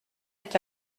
est